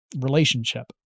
relationship